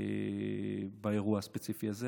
באירוע הספציפי הזה.